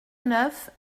neuf